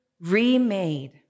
remade